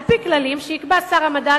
"כללים שיקבע שר המדע,